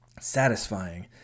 satisfying